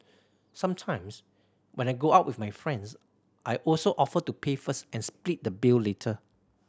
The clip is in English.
sometimes when I go out with my friends I also offer to pay first and split the bill later